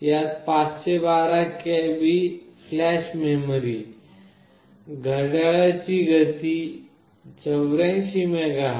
यात 512 KB flash memory घड्याळाची गती 84 MHz आहे